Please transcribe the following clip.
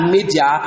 Media